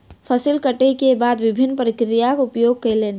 फसिल कटै के बाद विभिन्न प्रक्रियाक उपयोग कयलैन